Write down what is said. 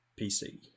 PC